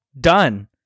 Done